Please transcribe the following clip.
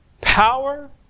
power